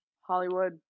Hollywood